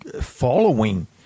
following